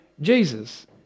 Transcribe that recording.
Jesus